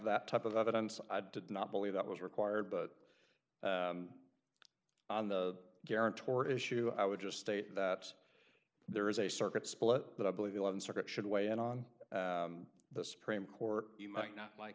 that type of evidence i did not believe that was required but on the guarantor issue i would just state that there is a circuit split that i believe eleventh circuit should weigh in on the supreme court you might not like